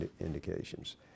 indications